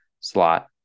slot